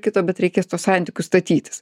kito bet reikės tuos santykius statytis